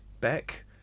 Beck